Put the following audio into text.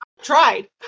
tried